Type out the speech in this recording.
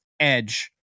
edge